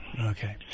Okay